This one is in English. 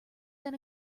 than